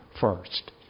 first